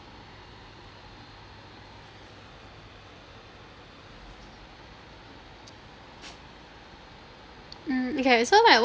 mm okay so like